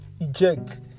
eject